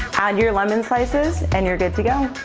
and you're london prices and you're good to go.